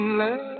love